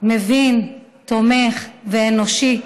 שר מבין, תומך ואנושי.